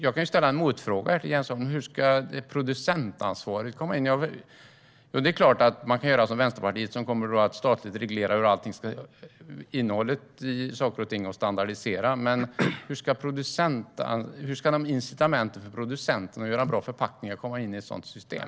Jag kan ställa en motfråga till Jens Holm. Hur ska producentansvaret komma in? Det är klart att man kan göra som Vänsterpartiet vill och statligt reglera och standardisera innehållet, men hur ska incitamenten för producenten att göra bra förpackningar komma in i ett sådant system?